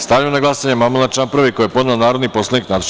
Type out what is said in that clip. Stavljam na glasanje amandman na član 1. koji je podneo narodni poslanik Nataša Sp.